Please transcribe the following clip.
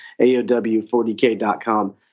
AOW40K.com